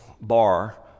bar